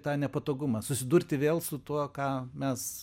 tą nepatogumą susidurti vėl su tuo ką mes